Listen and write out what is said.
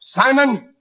Simon